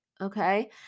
okay